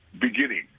beginning